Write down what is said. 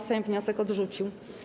Sejm wniosek odrzucił.